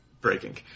Breaking